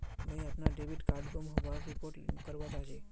मुई अपना debit card गूम होबार रिपोर्ट करवा चहची